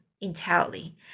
entirely